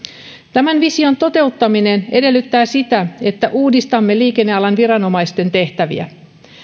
tämän vision toteuttaminen edellyttää sitä että uudistamme liikennealan viranomaisten tehtäviä